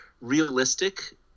realistic